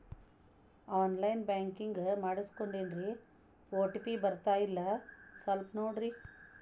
on line banking ಮಾಡಿಸ್ಕೊಂಡೇನ್ರಿ OTP ಬರ್ತಾಯಿಲ್ಲ ಸ್ವಲ್ಪ ನೋಡ್ರಿ